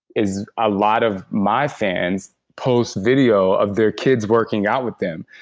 is a lot of my fans post video of their kids working out with them.